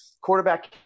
quarterback